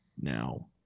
Now